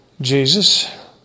Jesus